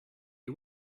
you